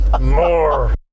More